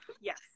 yes